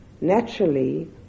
naturally